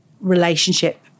relationship